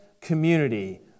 community